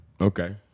Okay